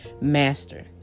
Master